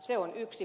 se on yksi